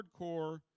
hardcore